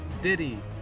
Diddy